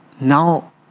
Now